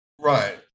right